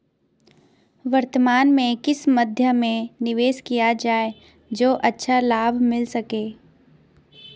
वर्तमान में किस मध्य में निवेश किया जाए जो अच्छा लाभ मिल सके?